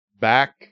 Back